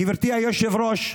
גברתי היושבת-ראש,